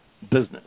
business